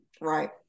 right